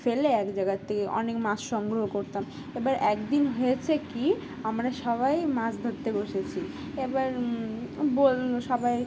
ফেলে এক জায়গার থেকে অনেক মাছ সংগ্রহ করতাম এবার একদিন হয়েছে কি আমরা সবাই মাছ ধরতে বসেছি এবার বলল সবাই